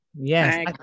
yes